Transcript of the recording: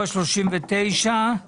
39-34